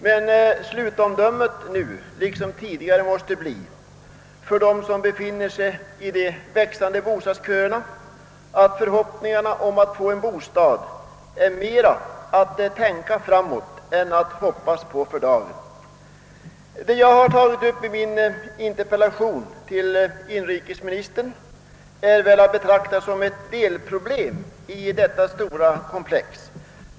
Men nu liksom tidigare måste de som står i de växande bostadsköerna konstatera, att förhoppningarna om att få en bostad är någonting som mer gäller framtiden; för dagen tycks de inte kunna infrias. Den fråga som jag tagit upp i min interpellation till inrikesministern är väl att betrakta som ett delproblem i detta stora komplex.